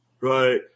Right